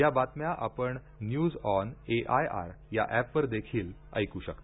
या बातम्या आपण न्यूज ऑन एआयआर ऍपवर देखील ऐकू शकता